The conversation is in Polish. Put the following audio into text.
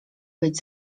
być